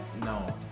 no